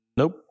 Nope